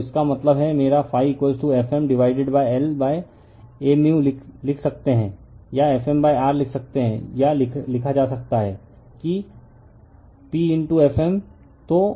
तो इसका मतलब है मेरा ∅ Fm डिवाइडेड l Aμ लिख सकता है या Fm R लिख सकता है या लिख सकता है PFm